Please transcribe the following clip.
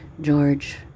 george